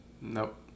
Nope